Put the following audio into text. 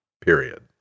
period